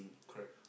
correct